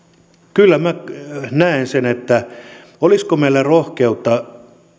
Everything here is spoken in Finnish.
kyllä minä näen niin että olisiko meillä rohkeutta